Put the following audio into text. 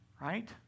Right